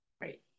Right